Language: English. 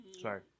Sorry